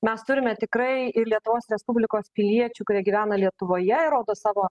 mes turime tikrai ir lietuvos respublikos piliečių kurie gyvena lietuvoje ir rodo savo